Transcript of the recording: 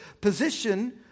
position